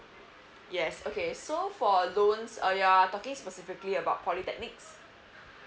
yes okay so for loans are you talking specifically about polytechnics